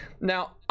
Now